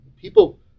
People